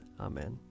Amen